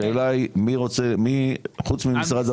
השאלה היא מי רוצה מי חוץ ממשרד הבריאות.